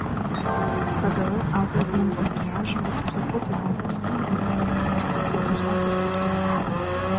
padarau auklėtiniams makiažą sutvarkau plaukus nugrimuoju išmokau pozuoti ir taip toliau